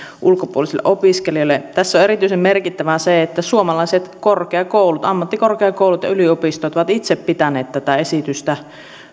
ulkopuolisille opiskelijoille tässä on erityisen merkittävää se että suomalaiset korkeakoulut ammattikorkeakoulut ja yliopistot ovat itse pitäneet tätä esitystä